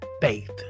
faith